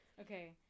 Okay